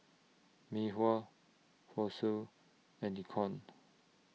Mei Hua Fossil and Nikon